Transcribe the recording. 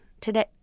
today